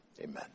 amen